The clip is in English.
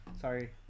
Sorry